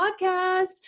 podcast